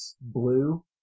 Blue